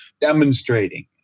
demonstrating